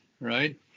right